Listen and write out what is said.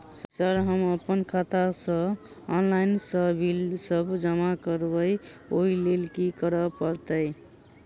Sir हम अप्पन खाता सऽ ऑनलाइन सऽ बिल सब जमा करबैई ओई लैल की करऽ परतै?